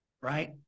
Right